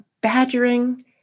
badgering